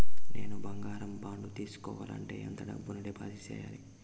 నేను బంగారం బాండు తీసుకోవాలంటే ఎంత డబ్బును డిపాజిట్లు సేయాలి?